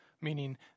meaning